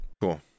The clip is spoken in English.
Cool